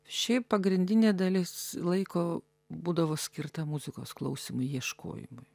šiaip pagrindinė dalis laiko būdavo skirta muzikos klausymui ieškojimui